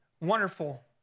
wonderful